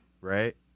Right